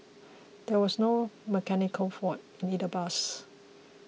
there was no mechanical fault in either bus